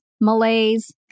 malaise